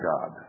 God